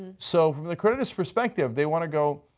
so from the creditors perspective they want to go,